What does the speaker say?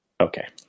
Okay